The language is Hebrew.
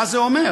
מה זה אומר?